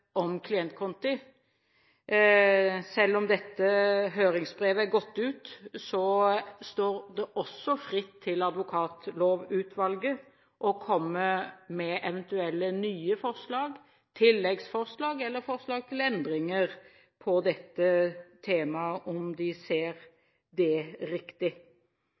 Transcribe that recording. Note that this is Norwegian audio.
selv om dette høringsbrevet er sendt ut, står Advokatlovutvalget fritt til å komme med eventuelle nye forslag, tilleggsforslag eller forslag til endringer når det gjelder dette temaet – om de ser det som riktig.